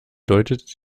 deutet